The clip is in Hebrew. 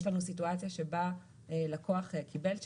יש לנו סיטואציה שבה לקוח קיבל שיק,